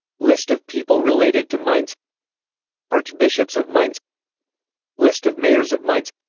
list of people related to mainz archbishops of mainz list of mayors of mainz